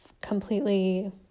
completely